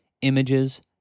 images